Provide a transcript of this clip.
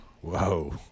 Whoa